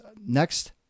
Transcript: next